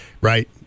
Right